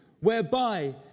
whereby